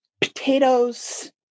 potatoes